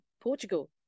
Portugal